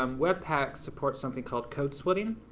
um webpack supports something called codesplitting